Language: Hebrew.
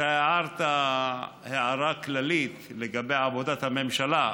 אתה הערת הערה כללית לגבי עבודת הממשלה,